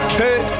hey